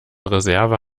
reserve